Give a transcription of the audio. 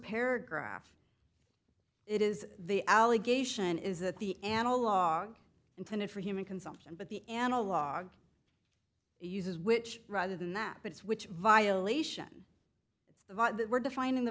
paragraph it is the allegation is that the analog intended for human consumption but the analog uses which rather than that but is which violation the were defining the